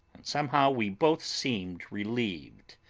and somehow we both seemed relieved.